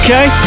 Okay